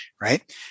right